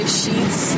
sheets